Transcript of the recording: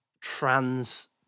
trans